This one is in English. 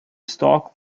stalk